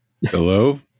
Hello